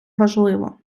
важливо